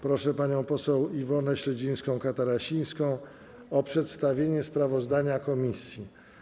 Proszę panią poseł Iwonę Śledzińską-Katarasińską o przedstawienie sprawozdania komisji.